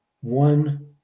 one